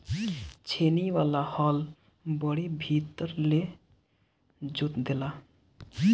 छेनी वाला हल बड़ी भीतर ले जोत देला